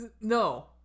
No